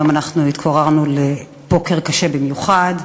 היום התעוררנו לבוקר קשה במיוחד,